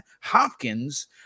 Hopkins